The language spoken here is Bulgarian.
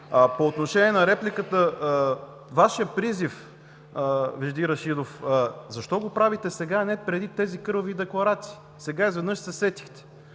По отношение на репликата – Вашият призив, Вежди Рашидов, защо го правите сега, а не преди тези кървави декларации? Сега изведнъж се сетихте,